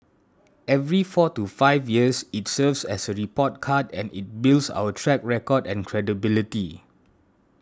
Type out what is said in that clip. every four to five years it serves as a report card and it builds our track record and credibility